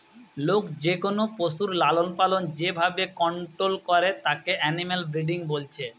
লোক যেকোনো পশুর লালনপালন যে ভাবে কন্টোল করে তাকে এনিম্যাল ব্রিডিং বলছে